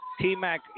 T-Mac